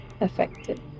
affected